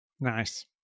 Nice